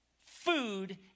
Food